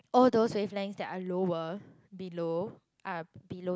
all those wavelengths that are lower below are below